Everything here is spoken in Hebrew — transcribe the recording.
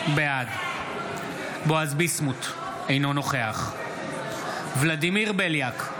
בעד בועז ביסמוט, אינו נוכח ולדימיר בליאק,